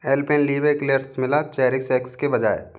Alpenliebe मिला cherish X के बजाय